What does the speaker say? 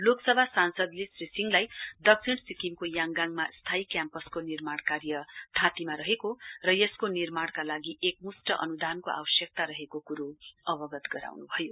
लोकसभा सांसदले श्री सिंहलाई दक्षिण सिक्किमको याङगाङमा स्थायी वयाम्पसको निर्मान कार्य थाँतीमा रहेको र यसको निर्माणका लागि एकमुस्ट अनुदानको आवश्यकता रहेको कुरो अवगत गराउनुभयो